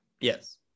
yes